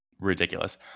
Ridiculous